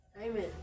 Amen